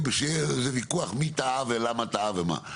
כשיהיה על זה ויכוח על מי טעה ולמה טעה ומה,